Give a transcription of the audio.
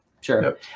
Sure